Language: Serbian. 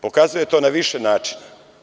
Pokazao je to na više načina.